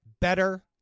better